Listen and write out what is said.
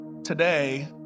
Today